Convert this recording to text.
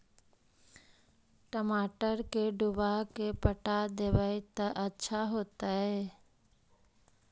टमाटर के डुबा के पटा देबै त अच्छा होतई?